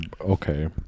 okay